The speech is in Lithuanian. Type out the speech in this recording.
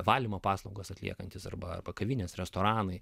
valymo paslaugos atliekantis arba kavinės restoranai